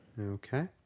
Okay